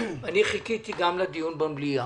אני חיכיתי גם לדיון במליאה.